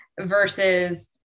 versus